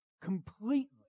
completely